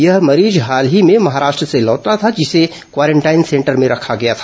यह मरीज हाल ही में महाराष्ट्र से लौटा था जिसे क्वारेंटाइन सेंटर में रखा गया था